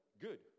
good